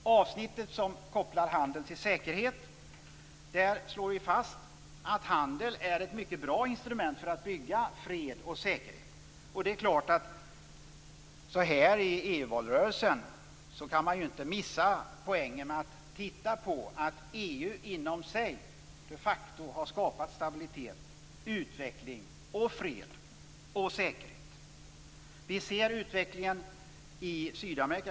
I avsnittet som kopplar handel till säkerhet slår vi fast att handel är ett bra instrument för att bygga fred och säkerhet. I EU-valrörelsen går det inte att missa poängen att EU de facto har skapat stabilitet, utveckling, fred och säkerhet. Vi kan se utvecklingen i Sydamerika.